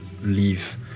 leave